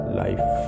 life